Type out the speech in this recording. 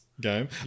game